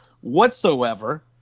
whatsoever